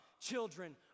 children